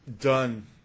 done